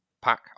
pack